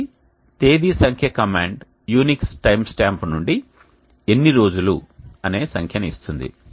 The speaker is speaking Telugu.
కాబట్టి తేదీ సంఖ్య కమాండ్ Unix టైమ్స్టాంప్ నుండి ఎన్ని రోజులు అనే సంఖ్యను ఇస్తుంది